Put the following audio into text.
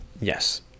Yes